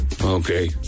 okay